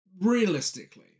realistically